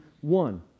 one